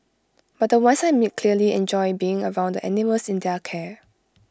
but the ones I meet clearly enjoy being around the animals in their care